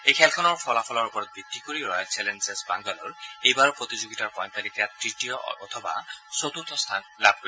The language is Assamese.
এই খেলখনৰ ফলাফলৰ ওপৰত ভিত্তি কৰি ৰয়েল চেলঞ্জাৰ্ছ বাংগালোৰ এইবাৰৰ প্ৰতিযোগিতাৰ পইণ্ট তালিকাত তৃতীয় বা চতুৰ্থ স্থান লাভ কৰিব